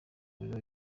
n’ibiba